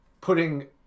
putting